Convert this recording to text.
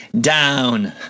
down